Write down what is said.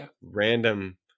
random